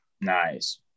nice